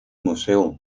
museum